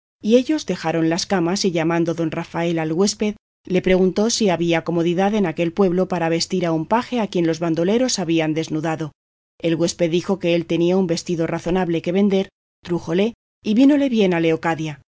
y ellos dejaron las camas y llamando don rafael al huésped le preguntó si había comodidad en aquel pueblo para vestir a un paje a quien los bandoleros habían desnudado el huésped dijo que él tenía un vestido razonable que vender trújole y vínole bien a